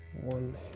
one